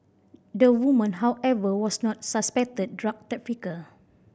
the woman however was not the suspected drug trafficker